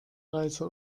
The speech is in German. reise